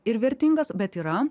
ir vertingas bet yra